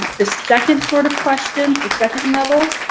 the second sort of questions, the second level,